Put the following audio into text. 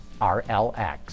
RLX